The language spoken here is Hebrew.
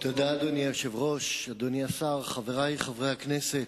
אדוני היושב-ראש, אדוני השר, חברי חברי הכנסת,